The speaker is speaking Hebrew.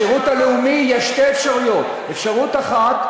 בשירות הלאומי יש שתי אפשרויות: אפשרות אחת,